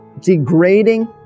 degrading